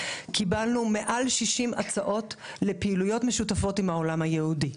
קיבלנו מעל 60 הצעות לפעילויות משותפות עם העולם היהודי.